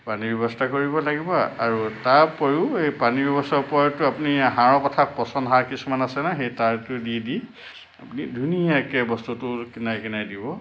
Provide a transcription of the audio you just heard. পানীৰ ব্যৱস্থা কৰিব লাগিব আৰু তাৰ উপৰিও এই পানীৰ ব্যৱস্থাৰ ওপৰতো আপুনি সাৰৰ কথা পচন সাৰ কিছুমান আছে ন সেই তাৰতো দি দি আপুনি ধুনীয়াকৈ বস্তুটো কিনাৰে কিনাৰে দিব